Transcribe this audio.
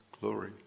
glory